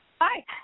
Hi